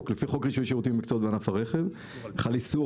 רישוי שירותים במקצועות בענף הרכב חל איסור